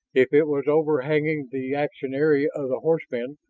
if it was overhanging the action area of the horsemen,